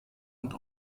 und